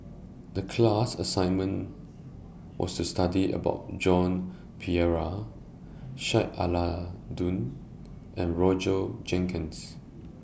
The class assignment was to study about Joan Pereira Sheik Alau'ddin and Roger Jenkins